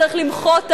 צריך למחות עליו.